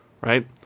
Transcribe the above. right